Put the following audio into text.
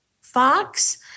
Fox